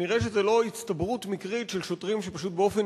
נראה שזו לא הצטברות מקרית של שוטרים שפשוט באופן